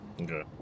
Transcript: Okay